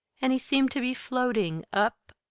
and he seemed to be floating up,